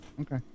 Okay